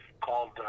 called